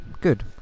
Good